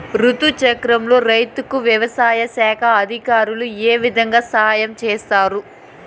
రుతు చక్రంలో రైతుకు వ్యవసాయ శాఖ అధికారులు ఏ విధంగా సహాయం చేస్తారు?